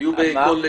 תהיו בהיכון.